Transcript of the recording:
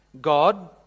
God